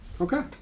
Okay